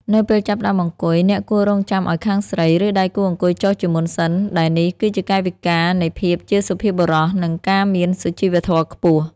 នៅពេលចាប់ផ្តើមអង្គុយ អ្នកគួររង់ចាំឱ្យខាងស្រី ឬដៃគូអង្គុយចុះជាមុនសិន ដែលនេះគឺជាកាយវិការនៃភាពជាសុភាពបុរស និងការមានសុជីវធម៌ខ្ពស់។